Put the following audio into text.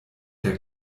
der